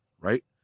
Right